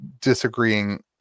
disagreeing